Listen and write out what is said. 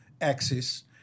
axis